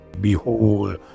Behold